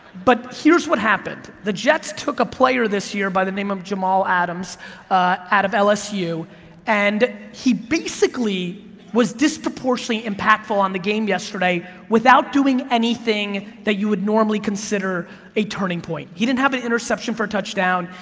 but here's what happened. the jets took a player this year by the name of jamal adams out of lsu and he basically was disproportionately impactful on the game yesterday without doing anything that you would normally consider a turning point. he didn't have an interception for a touchdown,